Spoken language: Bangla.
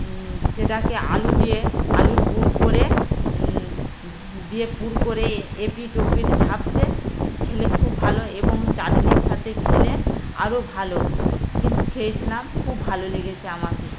সেটাকে আলু দিয়ে আলুর পুর করে দিয়ে পুর করে এপিঠ ওপিঠ ঝাপসে খেলে খুব ভালো এবং চাটনির সাথে খেলে আরও ভালো আমি খেয়েছিলাম খুব ভালো লেগেছে আমার